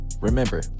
Remember